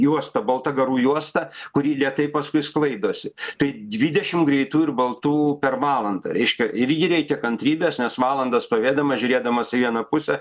juosta balta garų juosta kuri lėtai paskui sklaidosi tai dvidešim greitų ir baltų per valandą reiškia irgi reikia kantrybės nes valandą stovėdamas žiūrėdamas į vieną pusę